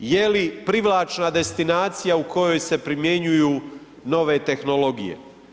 Je li privlačna destinacija u kojoj se primjenjuju nove tehnologije?